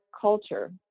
culture